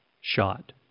shot